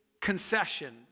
concession